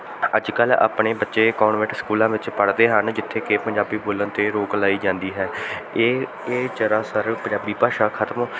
ਅੱਜ ਕੱਲ੍ਹ ਆਪਣੇ ਬੱਚੇ ਕੋਂਨਵੈਂਟ ਸਕੂਲਾਂ ਵਿੱਚ ਪੜ੍ਹਦੇ ਹਨ ਜਿੱਥੇ ਕਿ ਪੰਜਾਬੀ ਬੋਲਣ 'ਤੇ ਰੋਕ ਲਾਈ ਜਾਂਦੀ ਹੈ ਇਹ ਇਹ ਜਰਾ ਸਰ ਪੰਜਾਬੀ ਭਾਸ਼ਾ ਖਤਮ